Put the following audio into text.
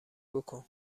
بـکـن